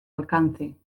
alcance